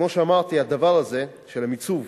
כמו שאמרתי, הדבר הזה, של המיצוב,